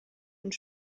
und